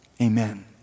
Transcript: Amen